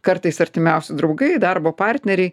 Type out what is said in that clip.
kartais artimiausi draugai darbo partneriai